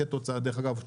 דרך אגב,